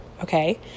Okay